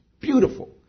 Beautiful